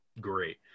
great